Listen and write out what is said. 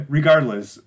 Regardless